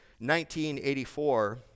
1984